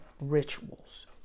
rituals